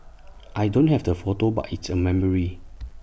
I don't have the photo but it's A memory